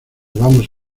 vamos